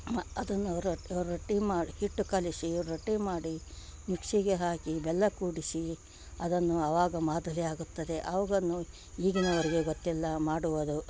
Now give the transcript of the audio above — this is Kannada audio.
ಮ ಅದನ್ನು ರೊಟ್ಟಿ ಮಾಡಿ ಹಿಟ್ಟು ಕಲಿಸಿ ರೊಟ್ಟಿ ಮಾಡಿ ಮಿಕ್ಶಿಗೆ ಹಾಕಿ ಬೆಲ್ಲ ಕೂಡಿಸಿ ಅದನ್ನು ಅವಾಗ ಮಾದಲಿ ಆಗುತ್ತದೆ ಅವನ್ನು ಈಗಿನವರಿಗೆ ಗೊತ್ತಿಲ್ಲ ಮಾಡುವುದು